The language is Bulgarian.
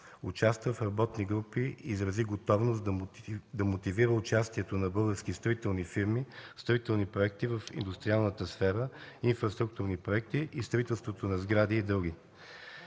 Участва в работни групи и изрази готовност да мотивира участието на български строителни фирми в строителни проекти в индустриалната сфера и инфраструктурни проекти и строителството на сгради и други.